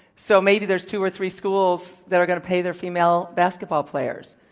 so maybe there's two or three schools that are going to pay their female basketball players.